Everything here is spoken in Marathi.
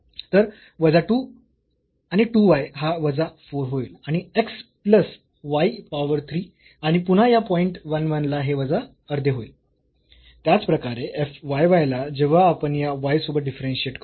तर वजा 2 आणि 2 y हा वजा 4 होईल आणि x प्लस y पॉवर 3 आणि पुन्हा या पॉईंट 1 1 ला हे वजा अर्धे होईल त्याचप्रकारे f yy ला जेव्हा आपण या y सोबत डिफरन्शियेट करू